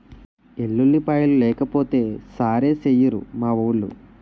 ఎల్లుల్లిపాయలు లేకపోతే సారేసెయ్యిరు మావోలు